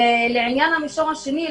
לעניין המישור השני,